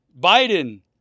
Biden